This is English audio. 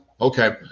okay